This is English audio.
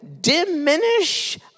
diminish